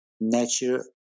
nature